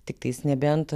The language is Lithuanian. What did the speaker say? tiktais nebent